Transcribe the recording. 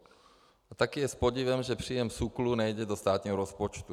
A taky je s podivem, že příjem SÚKLu nejde do státního rozpočtu.